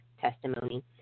testimony